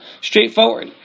straightforward